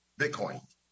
Bitcoin